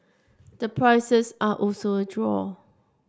the prices are also a draw